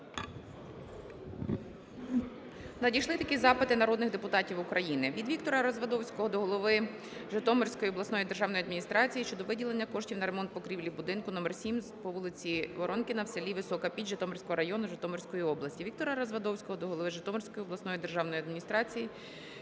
Надійшли такі запити народних депутатів України. Від ВіктораРазвадовського до голови Житомирської обласної державної адміністрації щодо виділення коштів на ремонт покрівлі будинку № 7 по вулиці Воронкіна в селі Висока Піч Житомирського району, Житомирської області. ВіктораРазвадовського до голови Житомирської обласної державної адміністрації